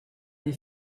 des